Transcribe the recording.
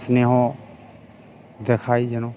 স্নেহ দেখায় যেন